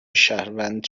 شهروند